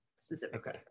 specifically